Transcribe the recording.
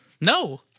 No